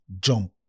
jump